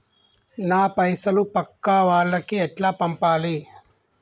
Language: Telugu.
నా పైసలు పక్కా వాళ్లకి ఎట్లా పంపాలి?